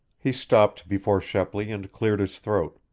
he stopped before shepley and cleared his throat.